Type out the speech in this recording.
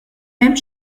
hemm